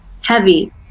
heavy